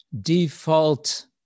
default